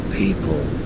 People